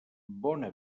bona